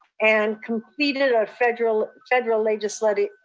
and completed a federal federal legislative,